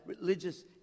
religious